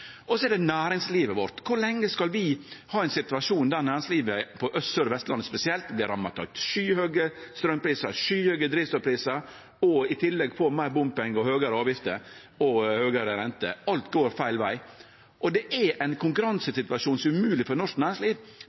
Og så er det næringslivet vårt. Kor lenge skal vi ha ein situasjon der næringslivet på Aust-, Sør- og Vestlandet spesielt vert ramma av skyhøge straumprisar, skyhøge drivstoffprisar og i tillegg får meir bompengar, høgre avgifter og høgre renter? Alt går feil vei, og det er ein konkurransesituasjon som er umogeleg for norsk næringsliv.